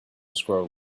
squirrel